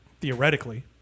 theoretically